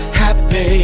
happy